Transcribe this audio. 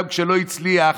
גם כשלא הצליח,